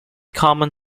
common